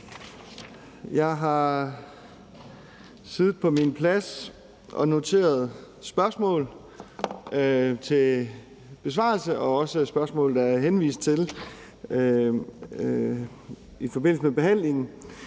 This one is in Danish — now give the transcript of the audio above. Jeg har siddet på min plads og noteret spørgsmål til besvarelse og også spørgsmål om noget, der er henvist til i forbindelse med behandlingen.